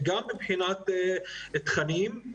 גם מבחינת תכנים,